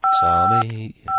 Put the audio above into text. Tommy